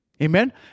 Amen